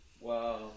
Wow